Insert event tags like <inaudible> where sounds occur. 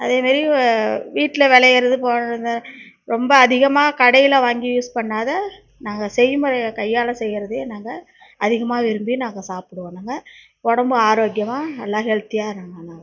அதேமாரி வீட்டில் வெளையறது <unintelligible> ரொம்ப அதிகமாக கடையில் வாங்கி யூஸ் பண்ணாத நாங்கள் செய்முறைய கையாள செய்வதே நாங்கள் அதிகமாக விரும்பி நாங்கள் சாப்பிடுவோ ம் நாங்கள் உடம்பு ஆரோக்கியமாக நல்லா ஹெல்தியாக நாங்கள் <unintelligible>